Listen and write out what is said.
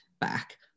back